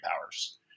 powers